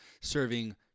serving